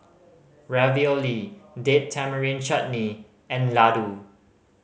Ravioli Date Tamarind Chutney and Ladoo